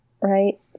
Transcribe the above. right